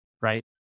right